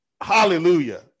Hallelujah